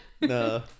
No